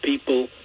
people